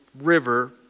River